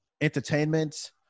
entertainment